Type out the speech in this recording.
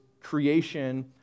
creation